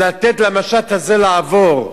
לתת למשט הזה לעבור.